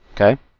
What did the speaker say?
Okay